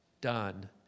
done